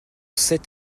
sept